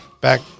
back